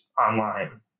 online